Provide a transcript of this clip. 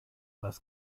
was